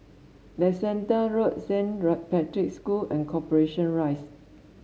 Leicester Road Saint Patrick's School and Corporation Rise